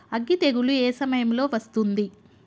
అగ్గి తెగులు ఏ సమయం లో వస్తుంది?